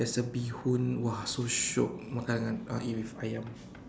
there's a bee-hoon !wah! so shiok makan dengan uh eat with ayam